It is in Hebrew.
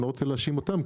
אני לא רוצה להאשים אותם,